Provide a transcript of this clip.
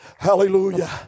Hallelujah